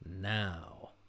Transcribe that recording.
now